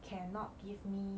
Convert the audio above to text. cannot give me